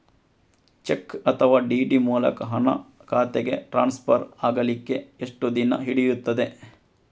Check ಅಥವಾ DD ಮೂಲಕ ಹಣ ಖಾತೆಗೆ ಟ್ರಾನ್ಸ್ಫರ್ ಆಗಲಿಕ್ಕೆ ಎಷ್ಟು ದಿನ ಹಿಡಿಯುತ್ತದೆ?